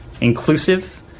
inclusive